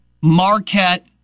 Marquette